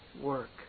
work